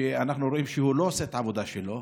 שאנחנו רואים שהוא לא עושה את העבודה שלו,